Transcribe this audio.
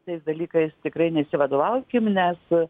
tais dalykais tikrai nesivadovaukim nes